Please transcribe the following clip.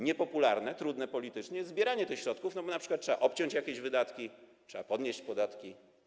Niepopularne, trudne politycznie jest zbieranie tych środków, bo np. trzeba obciąć jakieś wydatki, trzeba podnieść podatki.